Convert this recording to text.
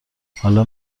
حالا